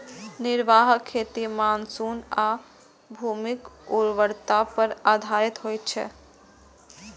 निर्वाह खेती मानसून आ भूमिक उर्वरता पर आधारित होइ छै